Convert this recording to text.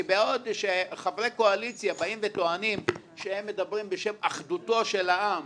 כי בעוד שחברי הקואליציה באים וטוענים שהם מדברים בשם אחדותו של העם,